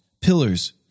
pillars